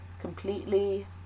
completely